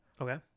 okay